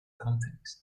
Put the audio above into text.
context